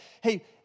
hey